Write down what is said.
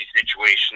situation